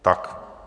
Tak.